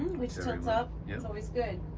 which turns up it's always good.